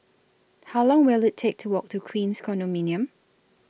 How Long Will IT Take to Walk to Queens Condominium